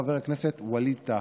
חבר הכנסת ווליד טאהא.